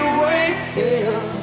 waiting